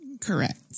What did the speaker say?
Correct